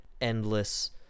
endless